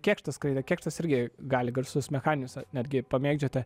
kėkštas kėkštas irgi gali garsus mechaninius netgi pamėgdžioti